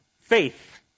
faith